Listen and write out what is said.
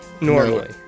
normally